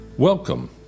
welcome